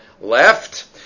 left